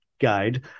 guide